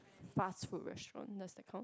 fast food restaurant that's the kind of